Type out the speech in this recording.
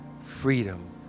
freedom